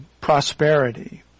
prosperity